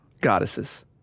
goddesses